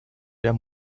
der